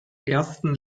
ersten